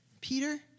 Peter